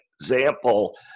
example